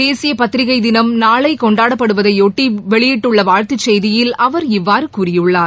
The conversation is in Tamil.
தேசிய பத்திரிகை தினம் நாளை கொண்டாடப்படுவதைபொட்டி வெளியிட்டுள்ள வாழ்த்துச் செய்தியில் அவர் இவ்வாறு கூறியுள்ளார்